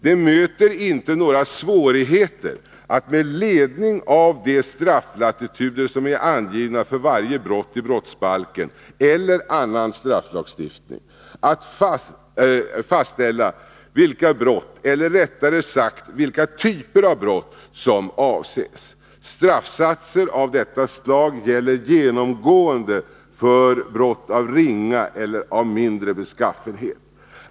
Det möter inte några svårigheter att med ledning av de strafflatituder som är angivna för varje brott i brottsbalken eller i annan lagstiftning fastställa vilka brott, eller rättare sagt vilka typer av brott, som avses. Straffsatser av detta slag gäller genomgående för brott av ringa eller mindre beskaffenhet.